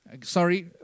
Sorry